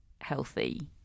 healthy